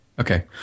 Okay